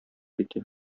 итә